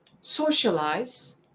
socialize